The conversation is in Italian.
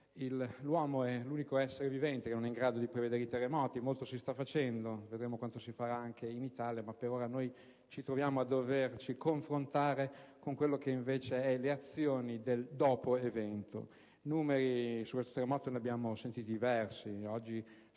l'uomo è l'unico essere vivente che non è in grado di prevedere i terremoti. Molto si sta facendo (vedremo quanto si farà anche in Italia), ma per ora ci troviamo a doverci confrontare con le azioni del dopo evento. Di numeri relativi al terremoto ne abbiamo sentiti diversi, e oggi sono stati